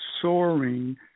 soaring